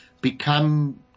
become